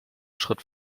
schritt